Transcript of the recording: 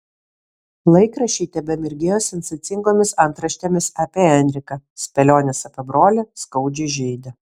laikraščiai tebemirgėjo sensacingomis antraštėmis apie enriką spėlionės apie brolį skaudžiai žeidė